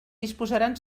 disposaran